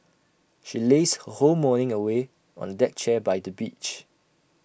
she lazed her whole morning away on A deck chair by the beach